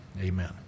Amen